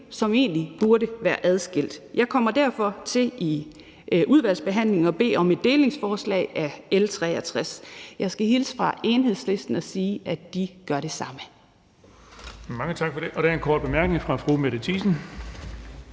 som egentlig burde være adskilt. Jeg kommer derfor i udvalgsbehandlingen til at bede om, at L 63 deles. Jeg skal hilse fra Enhedslisten og sige, at de gør det samme.